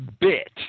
bit